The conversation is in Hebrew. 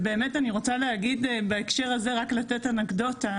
באמת אני רוצה בהקשר הזה רק לתת אנקדוטה,